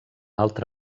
altra